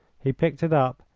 he picked it up,